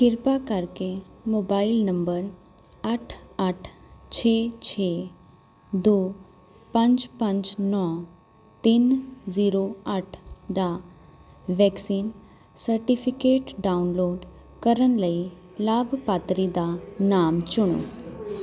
ਕਿਰਪਾ ਕਰਕੇ mobile number ਅੱਠ ਅੱਠ ਛੇ ਛੇ ਦੋ ਪੰਜ ਪੰਜ ਨੌਂ ਤਿੰਨ ਜ਼ੀਰੋ ਅੱਠ ਦਾ ਵੈਕਸੀਨ ਸਰਟੀਫਿਕੇਟ ਡਾਊਨਲੋਡ ਕਰਨ ਲਈ ਲਾਭਪਾਤਰੀ ਦਾ ਨਾਮ ਚੁਣੋ